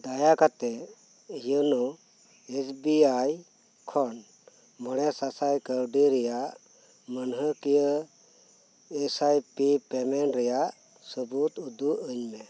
ᱫᱟᱭᱟ ᱠᱟᱛᱮᱫ YONO SBI ᱠᱷᱚᱱ ᱢᱚᱲᱮ ᱥᱟᱥᱟᱭ ᱠᱟᱹᱣᱰᱤ ᱨᱮᱭᱟᱜ ᱢᱟᱹᱱᱦᱟᱹᱠᱤᱭᱟᱹ ᱮᱥᱟᱭᱯᱤ ᱯᱮᱢᱮᱱᱴ ᱨᱮᱭᱟᱜ ᱥᱟᱹᱵᱩᱫᱽ ᱩᱫᱩᱜ ᱟᱹᱧᱢᱮ